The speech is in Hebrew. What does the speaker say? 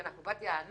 אנחנו בת יענה?